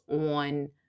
on